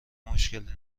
مشکلی